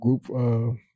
group